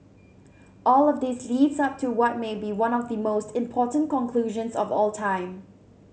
all of this leads up to what may be one of the most important conclusions of all time